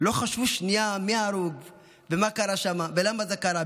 לא חשבו לשנייה מי ההרוג ומה קרה שם ולמה זה קרה,